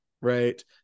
right